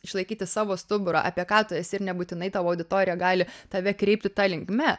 išlaikyti savo stuburą apie ką tu esi ir nebūtinai tavo auditorija gali tave kreipti ta linkme